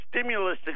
stimulus